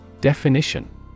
Definition